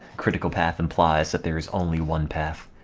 critical path implies that there's only one path